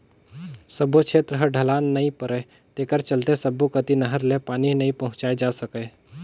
सब्बो छेत्र ह ढलान नइ परय तेखर चलते सब्बो कति नहर ले पानी नइ पहुंचाए जा सकय